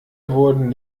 wurden